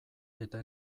eta